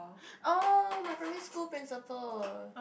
oh my primary school principal